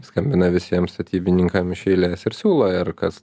skambina visiem statybininkam iš eilės ir siūlo ir kas